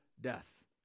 death